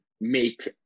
make